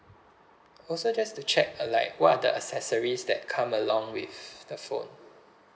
also just to check uh like what are the accessories that come along with the phone